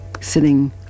Sitting